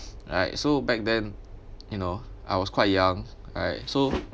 right so back then you know I was quite young right so